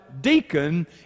deacon